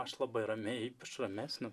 aš labai ramiai ypač ramesnio